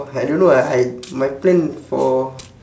I don't know I I my plan for